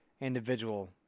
individual